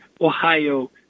Ohio